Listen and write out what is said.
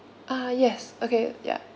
ah yes okay ya